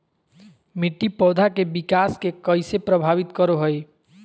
मिट्टी पौधा के विकास के कइसे प्रभावित करो हइ?